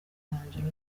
umwanzuro